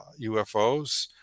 UFOs